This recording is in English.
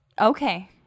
okay